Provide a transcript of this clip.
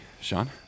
Sean